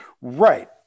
Right